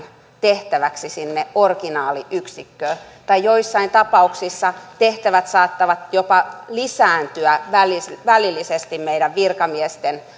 tehtäväksi sinne originaaliyksikköön tai joissain tapauksissa tehtävät saattavat jopa lisääntyä välillisesti meidän virkamiesten